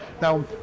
Now